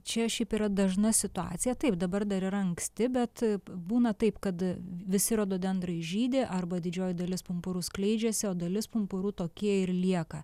čia šiaip yra dažna situacija taip dabar dar yra anksti bet būna taip kad visi rododendrai žydi arba didžioji dalis pumpurų skleidžiasi o dalis pumpurų tokie ir lieka